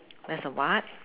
there's a what